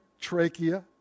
trachea